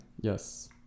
Yes